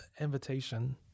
invitation